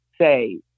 say